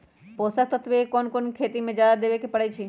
पोषक तत्व क कौन कौन खेती म जादा देवे क परईछी?